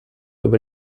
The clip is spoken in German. über